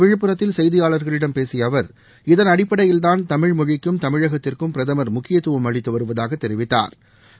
விழுப்புரத்தில் செய்தியாளர்களிடம் பேசிய அவர் இதன் அடிப்படையில்தான் நேற்று தமிழ்மொழிக்கும் தமிழகத்திற்கும் பிரதமா் முக்கியத்துவம் அளித்து வருவதாக தெரிவித்தாா்